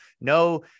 No